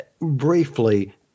briefly